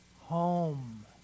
home